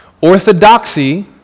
Orthodoxy